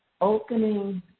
opening